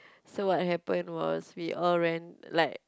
so what happened was we all ran like